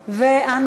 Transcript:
18 בעד.